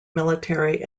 military